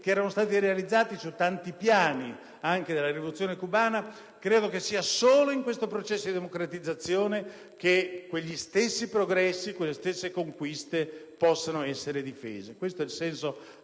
i progressi realizzati su tanti piani anche nella rivoluzione cubana, solo in questo processo di democratizzazione quegli stessi progressi e quelle stesse conquiste possano essere difesi.